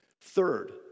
Third